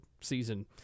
season